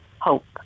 hope